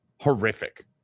horrific